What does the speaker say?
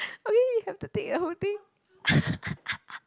and now you have to take the whole thing